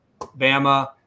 Bama